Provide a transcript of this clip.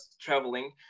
traveling